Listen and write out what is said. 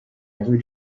every